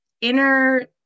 inner